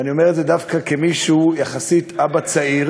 ואני אומר את זה דווקא כמי שהוא יחסית אבא צעיר,